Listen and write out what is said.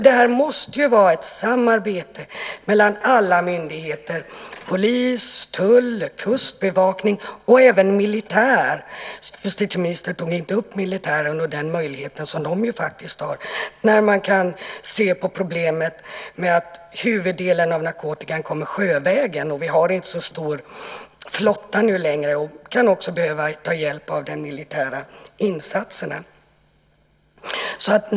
Det måste ju vara ett samarbete mellan alla myndigheter - polis, tull, kustbevakning och även militär. Justitieministern tog inte upp militären och den möjlighet som militären faktiskt har. Man kan ju se på problemen med att huvuddelen av narkotikan kommer sjövägen. Vi har inte så stor flotta längre och kan då också behöva ta hjälp av de militära insatserna.